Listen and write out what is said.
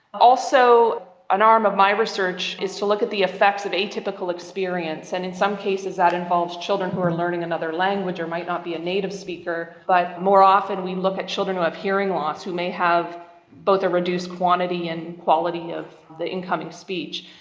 also an arm of my research is to look at the effects of atypical experience, and in some cases that involves children who are learning another language or might not be a native speaker, but more often we look at children who have hearing loss, who may have both a reduced quantity and quality of the incoming speech.